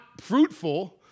fruitful